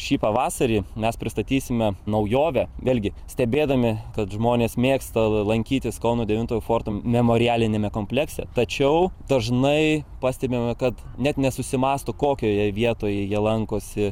šį pavasarį mes pristatysime naujovę vėlgi stebėdami kad žmonės mėgsta lankytis kauno devintojo forto memorialiniame komplekse tačiau dažnai pastebima kad net nesusimąsto kokioje vietoje jie lankosi